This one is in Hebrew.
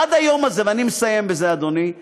עד היום הזה, ואני מסיים בזה, אדוני,